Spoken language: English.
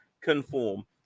conform